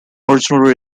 originally